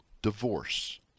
divorce